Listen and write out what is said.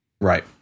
Right